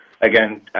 Again